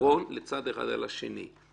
יתרון לצד אחד על פני השני?